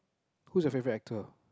who's your favourite actor